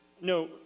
no